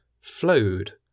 flowed